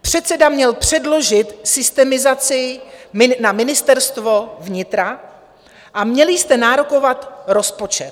Předseda měl předložit systemizaci na Ministerstvo vnitra a měli jste nárokovat rozpočet.